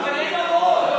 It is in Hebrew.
אבל אין לו רוב.